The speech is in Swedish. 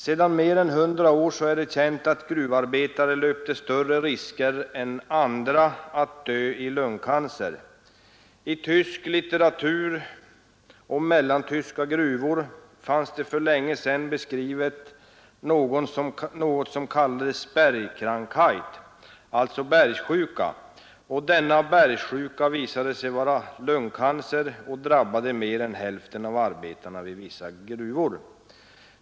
Sedan mer än hundra år är det känt att gruvarbetare löper större risker än andra att dö i lungcancer. I tysk litteratur om mellantyska gruvor fanns för länge sedan beskrivet något som kallades ”Bergkrank heit”, alltså bergsjuka. Denna bergsjuka, som visade sig vara lungcancer, drabbade mer än hälften av arbetarna vid vissa gruvor.